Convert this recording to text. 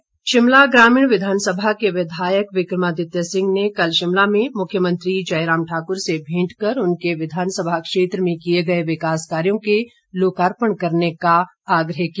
विक्रमादित्य शिमला ग्रामीण विधानसभा के विधायक विक्रमादित्य सिंह ने कल शिमला में मुख्यमंत्री जयराम ठाकुर से भेंट कर उनके विधानसभा क्षेत्र में किए गए विकास कार्यो के लोकार्पण करने का आग्रह किया